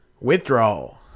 Withdrawal